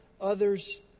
others